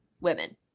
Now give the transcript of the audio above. women